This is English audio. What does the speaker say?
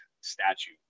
statue